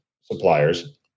suppliers